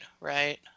right